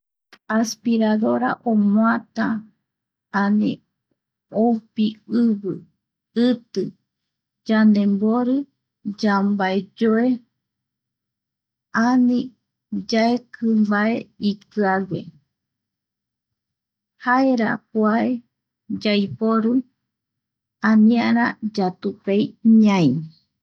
Aspiradora omoata ani oupi ivi, iti, yandembori yambaeyoe ani yaeki mbae ikiague, jaera kua yaiporu aniara yatupei ñai.